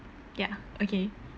ya okay